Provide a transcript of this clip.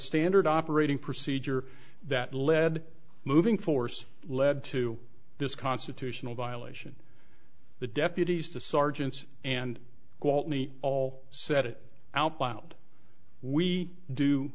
standard operating procedure that lead moving force led to this constitutional violation the deputies the sergeants and gwaltney all set it out by out we do